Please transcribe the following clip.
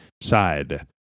Side